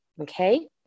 Okay